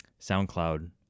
soundcloud